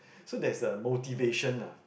so there's a motivation ah